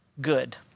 good